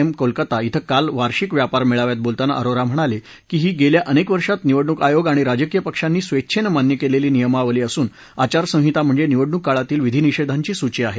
M Kolkata श्वे काल वार्षिक व्यापार मेळाव्यात बोलताना अरोरा म्हणाले की ही गेल्या अनेक वर्षात निवडणूक आयोग आणि राजकीय पक्षांनी स्वेच्छेने मान्य केलेली नियमावली असून आचारसंहिता म्हणजे निवडणूक काळातील विधिनिषेधांची सूची आहे